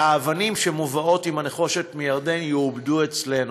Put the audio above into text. והאבנים שמובאות עם הנחושת מירדן יעובדו אצלנו.